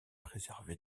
préservée